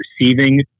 receiving